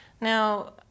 Now